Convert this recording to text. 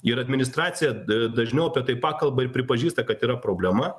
ir administracija da dažniau apie tai pakalba ir pripažįsta kad yra problema